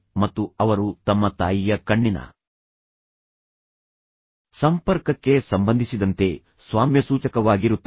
ಮತ್ತು ಅವರು ತಮ್ಮ ತಾಯಿಯ ಕಣ್ಣಿನ ಸಂಪರ್ಕಕ್ಕೆ ಸಂಬಂಧಿಸಿದಂತೆ ಸ್ವಾಮ್ಯಸೂಚಕವಾಗಿರುತ್ತಾರೆ